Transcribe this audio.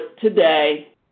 today